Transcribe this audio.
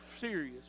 serious